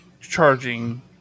charging